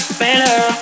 better